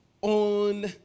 on